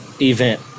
event